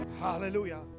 Hallelujah